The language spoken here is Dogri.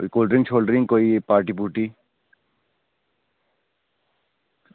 कोल्ड ड्रिंक शोल्ड ड्रिंक कोई पार्टी पूर्टी